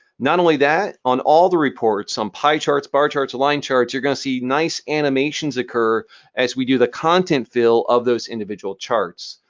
not only that on all the reports, on pie charts, bar charts, line charts, you're going to see nice animations occur as we do the content fill of those individual charts.